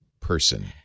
person